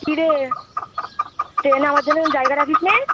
কি রে ট্রেনে আমার জন্য জায়গা রাখিস নি